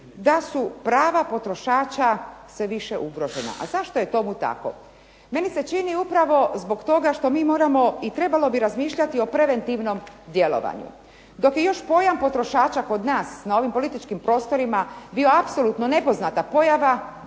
da su prava potrošača sve više ugrožena. A zašto je tomu tako? Meni se čini upravo zbog toga što mi moramo i trebalo bi razmišljati o preventivnom djelovanju. Dok je još pojam potrošača kod nas na ovim političkim prostorima bio apsolutno nepoznata pojava